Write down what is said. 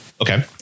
okay